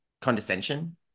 condescension